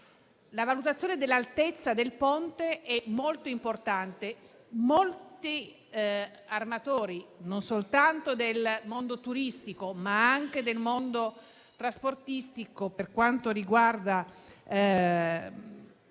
la valutazione dell'altezza del Ponte è molto importante. Molti armatori - non soltanto del mondo turistico, ma anche del mondo trasportistico per quanto riguarda